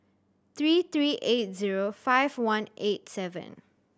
three three eight zero five one eight seven